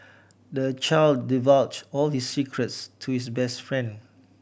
the child divulged all his secrets to his best friend